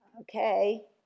Okay